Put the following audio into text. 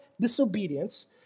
disobedience